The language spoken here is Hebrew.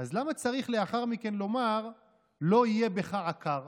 אז למה צריך לאחר מכן לומר "לא יהיה בך עקר"?